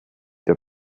der